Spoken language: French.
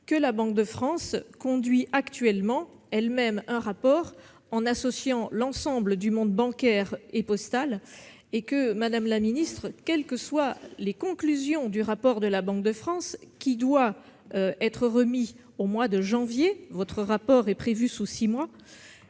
la Banque de France conduit actuellement elle-même un rapport en associant l'ensemble du monde bancaire et postal. Madame la secrétaire d'État, quelles que soient les conclusions de ce rapport, qui doit être remis au mois de janvier- votre rapport est prévu sous six mois